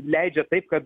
leidžia taip kad